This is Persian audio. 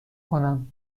کنم